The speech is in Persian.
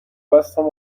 بستم